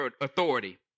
authority